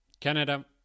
Canada